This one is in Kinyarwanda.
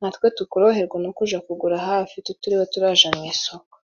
natwe tukoroherwa no kuja kugura hafi tutiriwe turaja mu isoko.